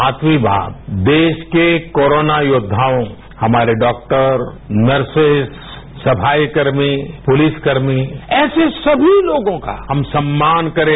सातवीं बात देश के कोरोना योद्वाओं हमारे डॉक्टर नर्सेस सफाई कर्मी पुलिसकर्मी ऐसे सभी लोगों का हम सम्मान करें